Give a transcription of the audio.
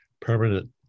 Permanent